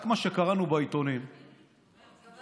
רק מה שקראנו בעיתונים לגבי,